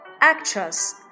actress